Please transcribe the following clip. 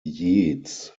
yeats